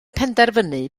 penderfynu